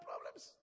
problems